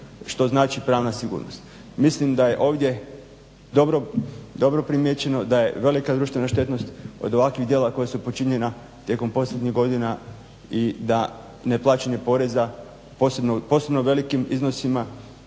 što znači pravna sigurnost. Mislim da je ovdje dobro primijećeno da je velika društvena štetnost od ovakvih djela koja su počinjena tijekom posljednjih godina i da neplaćanje poreza posebno velikim iznosima